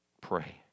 pray